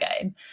game